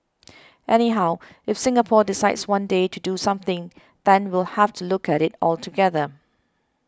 anyhow if Singapore decides one day to do something then we'll have to look at it altogether